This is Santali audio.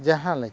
ᱡᱟᱦᱟᱸ ᱞᱮᱠᱟ